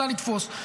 נדע לתפוס,